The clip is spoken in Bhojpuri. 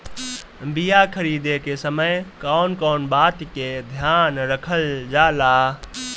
बीया खरीदे के समय कौन कौन बात के ध्यान रखल जाला?